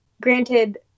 Granted